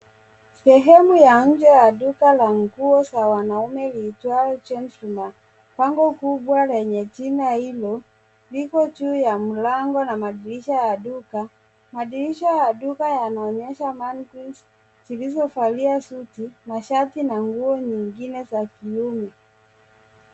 Sehemu ya nje ya duka ya nguo za wanaume iitwayo Gentleman. Bango kubwa lenye jina hilo liko juu ya mlango na madirisha ya duka. Madirisha ya duka yanaonyesha mannequin zilizovalia suti, mashatina nguo nyingine za kiume.